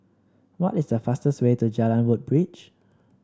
what is the fastest way to Jalan Woodbridge